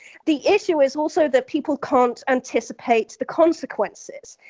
the issue is also that people can't anticipate the consequences.